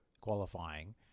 qualifying